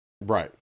right